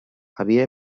havia